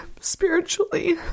spiritually